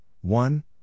one